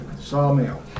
sawmill